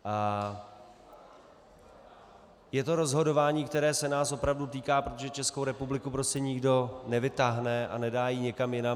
A je to rozhodování, které se nás opravdu týká, protože Českou republiku prostě nikdo nevytáhne a nedá ji nikam jinam.